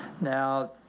Now